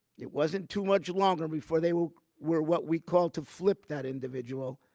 it wasn't too much longer before they were were what we call to flip that individual.